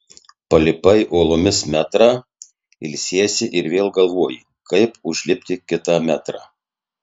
palipai uolomis metrą ilsiesi ir vėl galvoji kaip užlipti kitą metrą